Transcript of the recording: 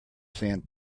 sand